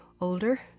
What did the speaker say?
older